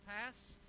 past